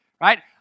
Right